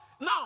now